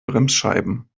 bremsscheiben